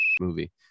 movie